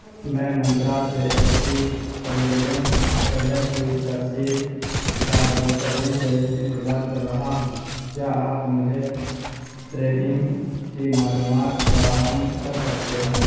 میں منترا سے H P pavilion چودہ کی ترسیل کا بے صبری سے انتظار کر رہا ہوں کیا آپ مجھے ٹریکنگ کی معلومات فراہم کر سکتے ہیں